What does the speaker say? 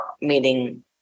meeting